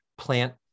plant